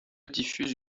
diffuse